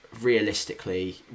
realistically